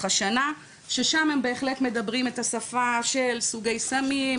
השנה ששם הם בהחלט מדברים את השפה של סוגי סמים,